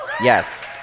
Yes